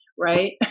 Right